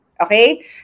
Okay